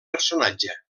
personatge